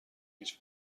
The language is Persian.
هیچ